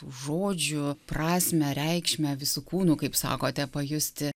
žodžių prasmę reikšmę visu kūnu kaip sakote pajusti